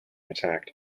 intact